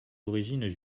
origines